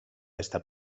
esta